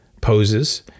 poses